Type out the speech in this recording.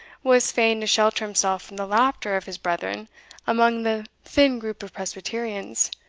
was fain to shelter himself from the laughter of his brethren among the thin group of presbyterians,